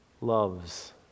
loves